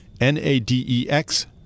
N-A-D-E-X